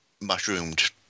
mushroomed